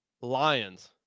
Lions